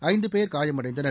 ஐந்து பேர் காயமடைந்தனர்